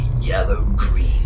yellow-green